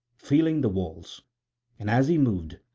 feeling the walls and as he moved,